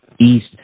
East